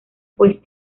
pues